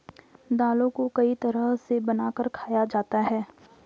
दालों को कई तरह से बनाकर खाया जाता है